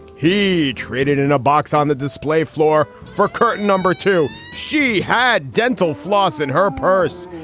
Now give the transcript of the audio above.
he traded in a box on the display floor for curtain number two. she had dental floss in her purse.